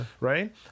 Right